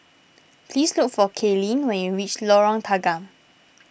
please look for Kaylene when you reach Lorong Tanggam